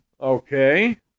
okay